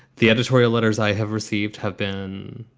the editorial letters i have received have been,